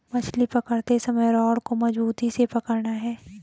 मछली पकड़ते समय रॉड को मजबूती से पकड़ना है